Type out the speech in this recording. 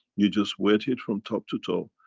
you just wet it from top to toe.